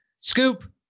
Scoop